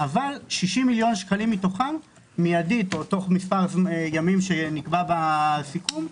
אבל 60 מיליון שקלים מתוכם מיידית או תוך מספר ימים שנקבע בסיכום,